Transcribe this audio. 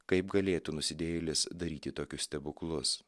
kaip galėtų nusidėjėlis daryti tokius stebuklus